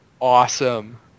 awesome